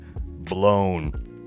blown